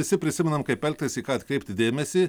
visi prisimenam kaip elgtis į ką atkreipti dėmesį